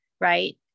right